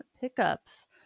Pickups